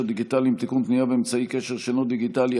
דיגיטליים (תיקון) (פנייה באמצעי קשר שאינו דיגיטלי),